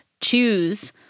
choose